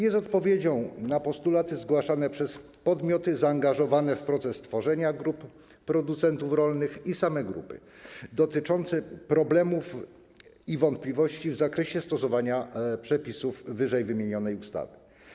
Jest odpowiedzią na postulaty zgłaszane przez podmioty zaangażowane w proces tworzenia grup producentów rolnych i same grupy dotyczące problemów i wątpliwości w zakresie stosowania przepisów ww. ustawy.